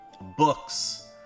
Books